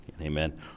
Amen